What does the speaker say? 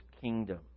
kingdom